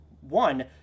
One